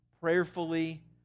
prayerfully